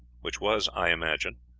which was, i imagine,